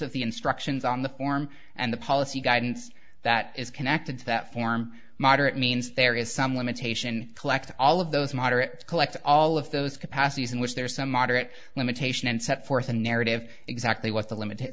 of the instructions on the form and the policy guidance that is connected to that form moderate means there is some limitation collect all of those moderates collect all of those capacities in which there is some moderate limitation and set forth a narrative exactly what the limited